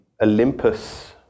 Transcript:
Olympus